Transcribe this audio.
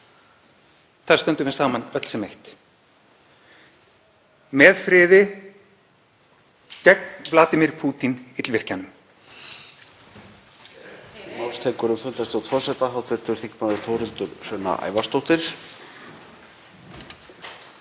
Þar stöndum við saman öll sem eitt; með friði, gegn Vladimir Pútín, illvirkjanum.